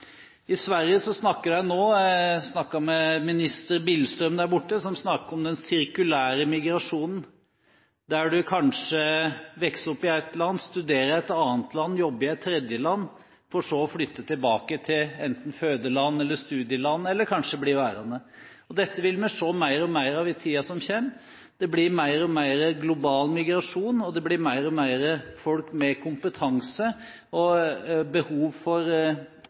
Jeg snakket med minister Billström i Sverige om den sirkulære migrasjonen, der du kanskje vokser opp i ett land, studerer i et annet land, jobber i et tredje land, for så å flytte tilbake til enten fødeland eller studieland – eller kanskje blir værende. Dette vil vi se mer og mer av i tiden som kommer. Det vil bli mer og mer global migrasjon, og det blir mer og mer folk med kompetanse og behov for